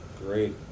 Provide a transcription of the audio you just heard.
Great